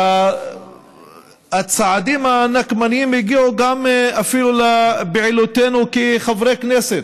והצעדים הנקמניים הגיעו אפילו לפעילותנו כחברי כנסת,